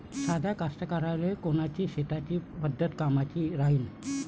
साध्या कास्तकाराइले कोनची शेतीची पद्धत कामाची राहीन?